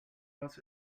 was